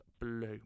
blue